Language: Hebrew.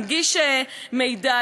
מנגיש מידע,